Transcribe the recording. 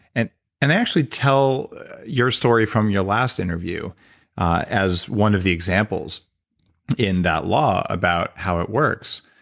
and and i actually tell your story from your last interview as one of the examples in that law about how it works,